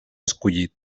escollit